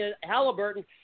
Halliburton